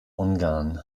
ungarn